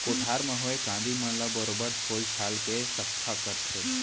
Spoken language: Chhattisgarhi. कोठार म होए कांदी मन ल बरोबर छोल छाल के सफ्फा करथे